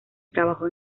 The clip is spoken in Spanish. trabajó